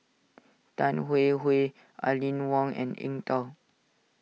Tan Hwee Hwee Aline Wong and Eng Tow